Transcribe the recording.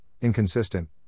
inconsistent